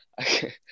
Okay